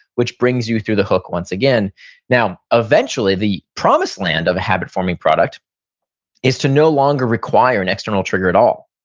which brings you through the hook one again now, eventually the promise land of a habit-forming product is to no longer require an external trigger at all.